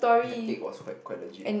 and the egg was quite quite legit